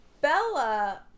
Bella